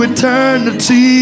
Eternity